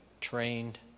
trained